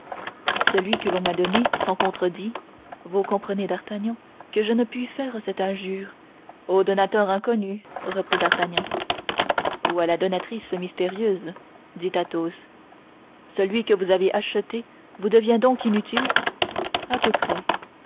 celui que l'on m'a donné sans contredit vous comprenez d'artagnan que je ne puis faire cette injure au donateur inconnu reprit d'artagnan ou à la donatrice mystérieuse dit athos celui que vous avez acheté vous devient donc inutile à peu près